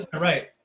right